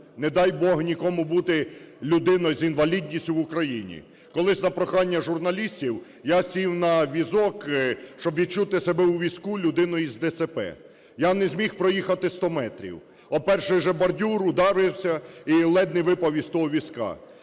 Не дай Бог нікому бути людиною з інвалідністю в Україні. Колись на прохання журналістів я сів на візок, щоб відчути себе у візку людиною з ДЦП. Я не зміг проїхати 100 метрів. Об перший же бордюр ударився і ледь не випав із того візка.